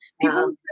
people